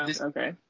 okay